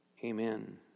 Amen